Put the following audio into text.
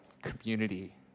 community